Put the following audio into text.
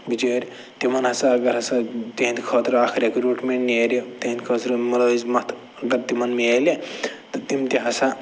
بِچٲرۍ تِمَن ہسا اگر ہسا تِہِنٛدِ خٲطرٕ اَکھ ریکرٛیوٗٹمٮ۪نٛٹ نیرِ تِہِنٛدِ خٲطرٕ مُلٲزِمَت اگر تِمَن مِلہِ تہٕ تِم تہِ ہسا